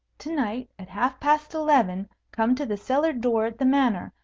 to-night, at half-past eleven, come to the cellar-door at the manor,